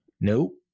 Nope